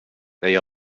they